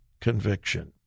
conviction